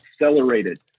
accelerated